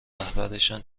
رهبرانشان